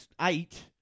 Eight